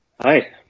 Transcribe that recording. hi